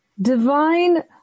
divine